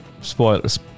Spoilers